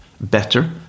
better